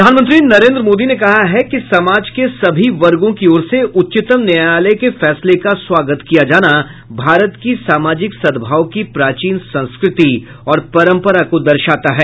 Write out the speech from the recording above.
प्रधानमंत्री नरेन्द्र मोदी ने कहा है कि समाज के सभी वर्गो की ओर से उच्चतम न्यायालय के फैसले का स्वागत किया जाना भारत की सामाजिक सद्भाव की प्राचीन संस्कृति और परम्परा को दर्शाता है